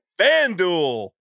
FanDuel